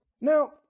Now